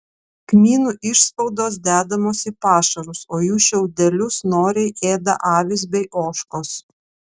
kmynų išspaudos dedamos į pašarus o jų šiaudelius noriai ėda avys bei ožkos